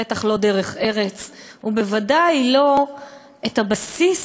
בטח לא דרך ארץ ובוודאי לא את הבסיס